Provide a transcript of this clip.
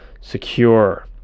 secure